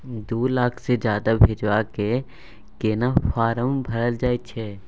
दू लाख से ज्यादा भेजबाक केना फारम भरल जाए छै?